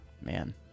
man